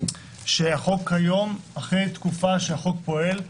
שהחוק היום אחרי שתקופה שהחוק פועל,